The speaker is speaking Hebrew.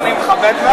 אני מכבד מאוד.